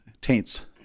taints